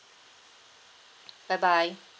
bye bye